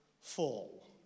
fall